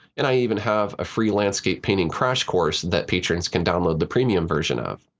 and i even have a free landscape painting crash course that patrons can download the premium version of.